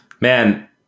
Man